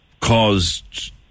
caused